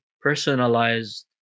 personalized